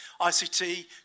ICT